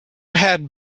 had